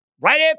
Right